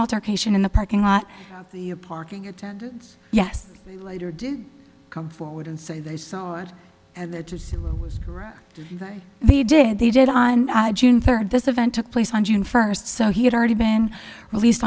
alteration in the parking lot the parking attendants yes later did come forward and say they saw what they did they did on june third this event took place on june first so he had already been released